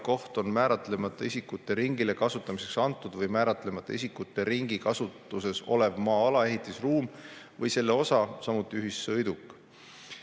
koht on määratlemata isikute ringile kasutamiseks antud või määratlemata isikute ringi kasutuses olev maa-ala, ehitis, ruum või selle osa, samuti ühissõiduk.